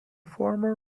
former